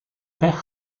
perd